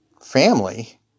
family